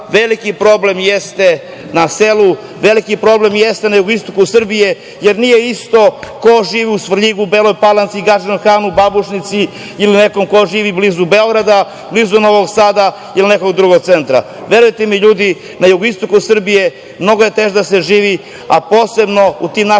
veliki problem jeste na selu, veliki problem jeste na jugoistoku Srbije, jer nije isto ko živi u Svrljigu, Beloj Palanci, Gadžinom Hanu, Babušnici, ili nekom ko živi blizu Beograda, blizu Novog Sada ili nekog drugog centra. Verujte mi, ljudi, na Jugoistoku Srbije mnogo je teže da se živi, a posebno tim našim